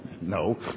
No